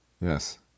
Yes